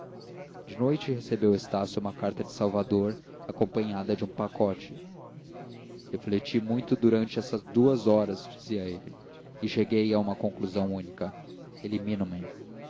de noite recebeu estácio uma carta de salvador acompanhada de um pacote refleti muito durante estas duas horas dizia ele e cheguei a uma conclusão única elimino me